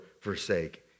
forsake